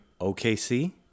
OKC